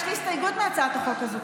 יש לי הסתייגות להצעת החוק הזו,